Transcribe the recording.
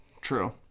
True